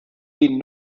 been